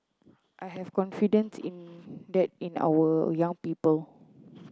I have confidence in that in our young people